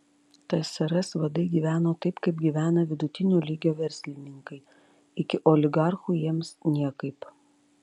tsrs vadai gyveno taip kaip gyvena vidutinio lygio verslininkai iki oligarchų jiems niekaip